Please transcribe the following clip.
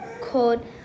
called